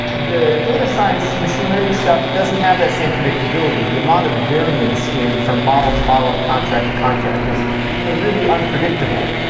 the data science machine learning stuff doesn't have that same predictability, the amount of variance in from model to model and contract to contract is really unpredictable.